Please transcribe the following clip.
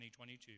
2022